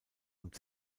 und